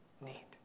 need